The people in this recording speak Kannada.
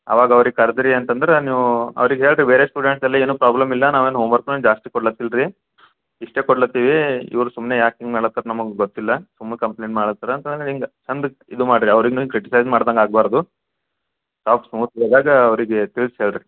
ಅವಾಗ ಅವ್ರಿಗೆ ಕರ್ದು ರೀ ಅಂತಂದ್ರೆ ನೀವು ಅವ್ರಿಗೆ ಹೇಳಿ ರೀ ಬೇರೆ ಸ್ಟೂಡೆಂಟ್ಸಲ್ಲಿ ಏನು ಪ್ರಾಬ್ಲಮ್ ಇಲ್ಲ ನಾವೇನು ಹೋಮ್ವರ್ಕನ್ನೂ ಏನು ಜಾಸ್ತಿ ಕೊಡ್ಲತ್ತಿಲ್ಲ ರಿ ಇಷ್ಟೇ ಕೊಡಲತ್ತೀವಿ ಇವ್ರು ಸುಮ್ಮನೆ ಯಾಕೆ ಹಿಂಗೆ ಮಾಡ್ಲತ್ತಾರೆ ನಮಗೆ ಗೊತ್ತಿಲ್ಲ ಸುಮ್ಮ ಕಂಪ್ಲೇಂಟ್ ಮಾಡುತ್ತಾರ ಅಂತ ಹಿಂಗೆ ಚಂದಕ್ಕೆ ಇದು ಮಾಡಿರಿ ಅವ್ರಿಗುನು ಕ್ರಿಟಿಸೈಸ್ ಮಾಡ್ದಂಗೆ ಆಗಬಾರ್ದು ಅವರಿಗೆ ತಿಳ್ಸಿ ಹೇಳಿರಿ